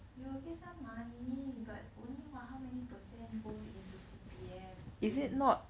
you will get some money but only what how many percent go into C_P_F twenty